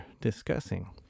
discussing